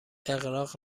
اغراق